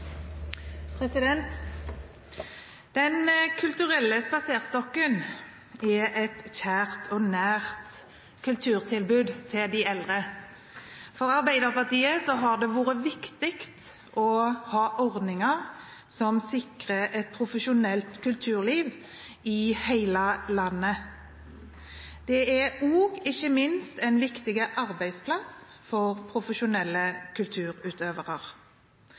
et kjært og nært kulturtilbud til de eldre. For Arbeiderpartiet har det vært viktig å ha ordninger som sikrer et profesjonelt kulturliv i hele landet. Det er ikke minst en viktig arbeidsplass for profesjonelle kulturutøvere.